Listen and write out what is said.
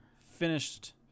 finished